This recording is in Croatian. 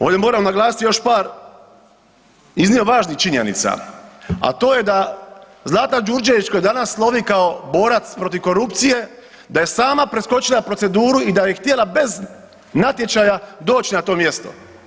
Ovdje moram naglasiti još par iznimno važnih činjenica, a to je da Zlata Đurđević koja danas slovi kao borac protiv korupcije da je sama preskočila proceduru i da je htjela bez natječaja doći na to mjesto.